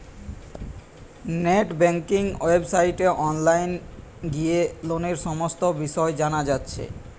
net banking ওয়েবসাইটে online গিয়ে লোনের সমস্ত বিষয় জানা যাচ্ছে